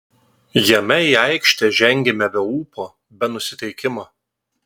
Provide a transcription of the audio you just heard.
jame į aikštę žengėme be ūpo be nusiteikimo